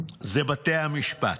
זה בתי המשפט,